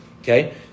okay